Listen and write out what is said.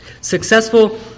Successful